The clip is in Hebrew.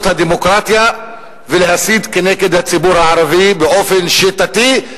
הדמוקרטיה ולהסית כנגד הציבור הערבי באופן שיטתי,